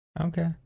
Okay